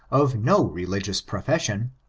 of no religious profession,